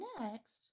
next